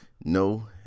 no